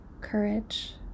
courage